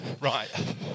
right